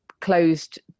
closed